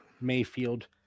Mayfield